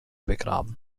begraben